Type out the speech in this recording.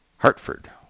Hartford